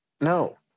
No